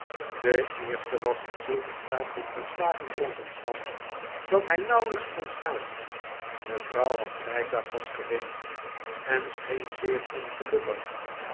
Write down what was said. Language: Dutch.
de eerste was in zulk een staat van volslagen dronkenschap dat hij nauwelijks kon staan de vrouw had blijkbaar pas geweend en scheen zeer ongelukkig